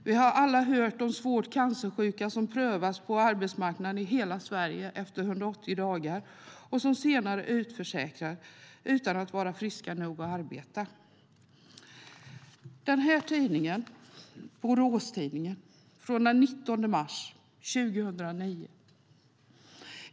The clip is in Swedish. Vi har alla hört om svårt cancersjuka som prövas på arbetsmarknaden i hela Sverige efter 180 dagar och som senare utförsäkras utan att vara friska nog att arbeta. Jag har här Borås Tidning från den 19 mars 2009.